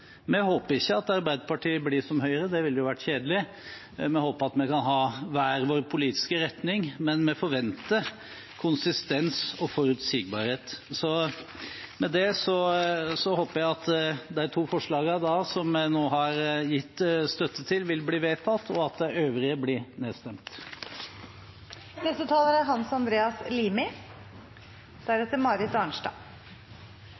Vi håper ikke at Arbeiderpartiet blir som Høyre, det ville vært kjedelig. Vi håper at vi kan ha hver vår politiske retning. Men vi forventer konsistens og forutsigbarhet. Med det håper jeg at de to forslagene som vi nå har gitt støtte til, vil bli vedtatt, og at de øvrige blir nedstemt. Jeg vil også takke for debatten. Det er